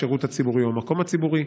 השירות הציבורי או המקום הציבורי,